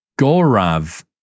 Gorav